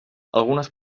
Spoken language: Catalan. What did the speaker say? algunes